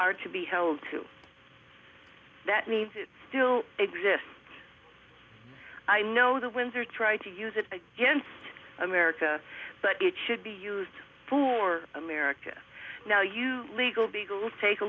are to be held to that needs it still exists i know the windsor try to use it against america but it should be used for america now you legal beagles take a